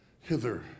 hither